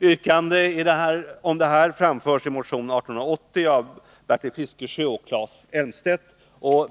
Yrkande om detta framförs i motion 1880 av Bertil Fiskesjö och Claes Elmstedt.